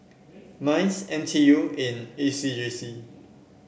Minds N T U and A C J C